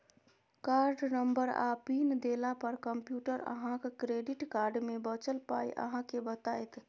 card number आ pin देला पर कंप्यूटर अहाँक क्रेडिट कार्ड मे बचल पाइ अहाँ केँ बताएत